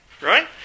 right